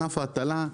אנף ההטלה,